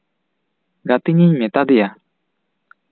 ᱜᱟᱛᱤᱧ ᱤᱧ ᱢᱮᱛᱟ ᱫᱮᱭᱟ